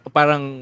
Parang